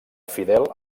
fidel